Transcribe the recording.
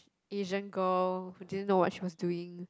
Asian girl who didn't know what she was doing